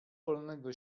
polnego